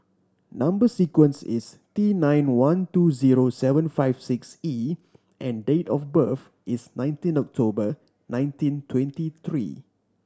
number sequence is T nine one two zero seven five six E and date of birth is nineteen October nineteen twenty three